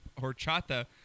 horchata